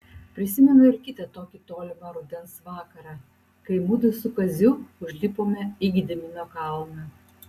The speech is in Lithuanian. prisimenu ir kitą tokį tolimą rudens vakarą kai mudu su kaziu užlipome į gedimino kalną